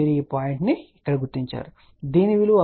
కాబట్టి మీరు ఈ పాయింట్ను ఇక్కడ గుర్తించారు దీని విలువ j 1